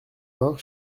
vingt